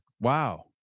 Wow